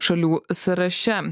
šalių sąraše